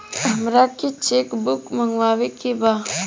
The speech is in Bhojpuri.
हमारा के चेक बुक मगावे के बा?